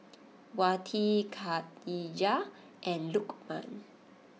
Wati Khadija and Lukman